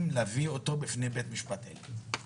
כדי להביא אותו בפני בית המשפט העליון.